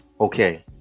Okay